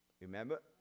Remember